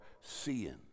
seeing